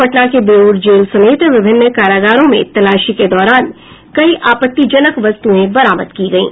पटना के बेउर जेल समेत विभिन्न कारागारों में तलाशी के दौरान कई आपत्तिजनक वस्तुएं बरामद की गयी